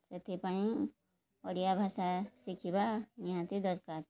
ସେଥିପାଇଁ ଓଡ଼ିଆ ଭାଷା ଶିଖିବା ନିହାତି ଦରକାର